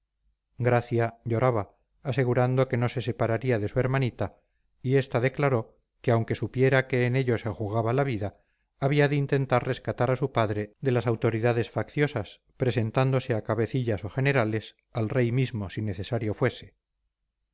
gracia lloraba asegurando que no se separaría de su hermanita y esta declaró que aunque supiera que en ello se jugaba la vida había de intentar rescatar a su padre de las autoridades facciosas presentándose a cabecillas o generales al rey mismo si necesario fuese